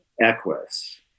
Equus